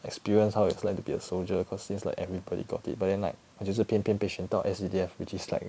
experience how it's going to be a soldier cause since like everybody got it but then like 我就是偏偏被选到 S_C_D_F which is like